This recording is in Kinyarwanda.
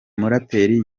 muraperi